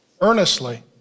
earnestly